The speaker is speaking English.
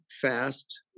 fast